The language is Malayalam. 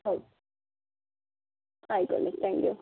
ഓ ആയിക്കോട്ടെ താങ്ക് യൂ